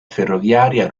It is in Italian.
ferrovia